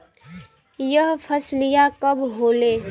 यह फसलिया कब होले?